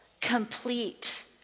complete